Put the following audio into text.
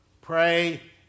Pray